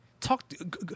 Talk